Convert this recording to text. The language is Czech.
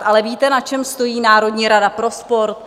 Ale víte, na čem stojí Národní rada pro sport?